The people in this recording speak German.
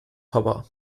papa